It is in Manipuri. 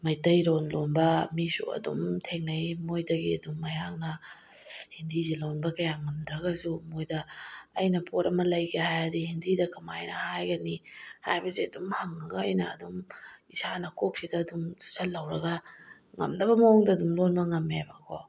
ꯃꯩꯇꯩꯔꯣꯟ ꯂꯣꯟꯕ ꯃꯤꯁꯨ ꯑꯗꯨꯝ ꯊꯦꯡꯅꯩ ꯃꯣꯏꯗꯒꯤ ꯑꯗꯨꯝ ꯑꯩꯍꯥꯛꯅ ꯍꯤꯟꯗꯤꯁꯦ ꯂꯣꯟꯕ ꯀꯌꯥ ꯉꯝꯗ꯭ꯔꯒꯁꯨ ꯃꯣꯏꯗ ꯑꯩꯅ ꯄꯣꯠ ꯑꯃ ꯂꯩꯒꯦ ꯍꯥꯏꯔꯗꯤ ꯍꯤꯟꯗꯤꯗ ꯀꯃꯥꯏꯅ ꯍꯥꯏꯒꯅꯤ ꯍꯥꯏꯕꯁꯦ ꯑꯗꯨꯝ ꯍꯪꯉꯒ ꯑꯩꯅ ꯑꯗꯨꯝ ꯏꯁꯥꯅ ꯀꯣꯛꯁꯤꯗ ꯑꯗꯨꯝ ꯆꯨꯁꯤꯜꯍꯧꯔꯒ ꯉꯝꯅꯕ ꯃꯑꯣꯡꯗ ꯑꯗꯨꯝ ꯂꯣꯟꯕ ꯉꯝꯃꯦꯕꯀꯣ